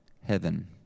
heaven